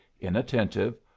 inattentive